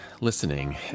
listening